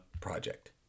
project